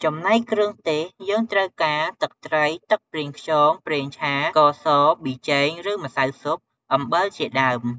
ចំណែកគ្រឿងទេស យើងត្រូវការ ទឹកត្រី ទឹកប្រេងខ្យង ប្រេងឆា ស្ករស ប៊ីចេងឬម្សៅស៊ុប អំបិលជាដើម។